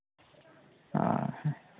ᱚ ᱦᱮᱸ